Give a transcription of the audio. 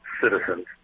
citizens